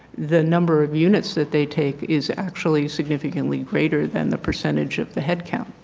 the number of units that they take is actually significantly greater than the percentage of the headcount.